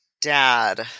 dad